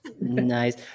Nice